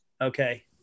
Okay